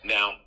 Now